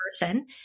person